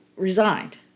Resigned